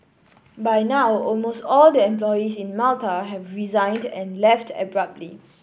by now almost all the employees in Malta have resigned and left abruptly